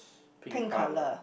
pink colour